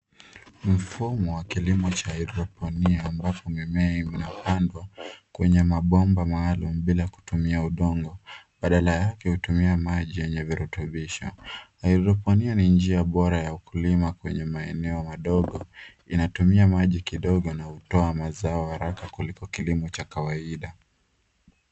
Mfumo wa kilimo cha haidroponia ambapo mimea imepandwa kwenye mabomba maalum bila kutumia udongo badala yake hutumia maji yenye virutubisho. Haidroponia ni njia bora ya ukulima kwenye maeneo madogo, inatumia maji kidogo na hutoa mazao haraka kuliko kilimo cha kawaida.